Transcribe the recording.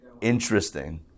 Interesting